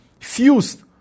fused